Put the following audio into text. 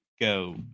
go